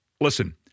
Listen